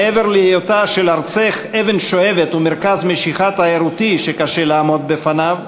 מעבר להיות ארצך אבן שואבת ומרכז משיכה תיירותי שקשה לעמוד בפניו,